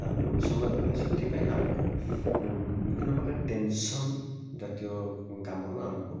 ତା' ପାଇଁ ମ ସମୟ ଦରକାର ସେଥିପାଇଁ ଆମକୁ ବିଭିନ୍ନ ପ୍ରକାର ଟେନସନ୍ ଜାତୀୟ କାମରୁ ଆମକୁ